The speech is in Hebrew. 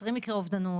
20 מקרי אובדנות,